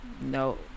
no